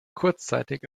kurzzeitig